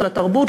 לתרבות,